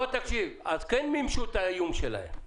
אז כן מימשו את האיום שלהם.